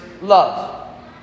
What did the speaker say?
love